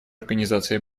организации